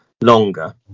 longer